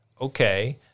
Okay